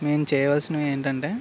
మేము చేయవలసినవి ఏంటంటే